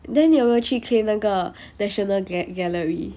then 你有没有去 claim 那个 national gal~ gallery